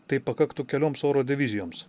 tai pakaktų kelioms oro divizijoms